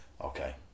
Okay